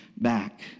back